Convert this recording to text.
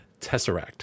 Tesseract